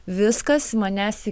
viskas manęs į